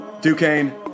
Duquesne